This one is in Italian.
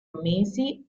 mesi